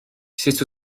sut